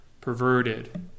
perverted